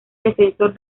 defensor